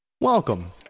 Welcome